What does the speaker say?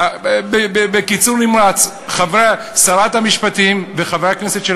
בקיצור נמרץ: שרת המשפטים וחברי הכנסת של